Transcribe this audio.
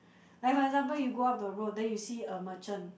like for example you go up the road then you see a merchant